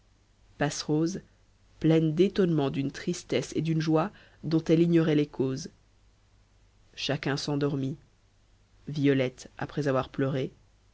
passerose pleine d'étonnement d'une tristesse et d'une joie dont elle ignorait les causes chacun s'endormit violette après avoir pleuré